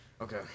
Okay